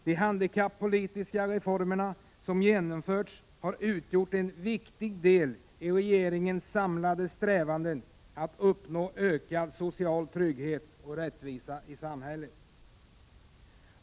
De handikappolitiska reformer som genomförts har utgjort en viktig del i regeringens samlade strävanden att uppnå ökad social trygghet och rättvisa i samhället.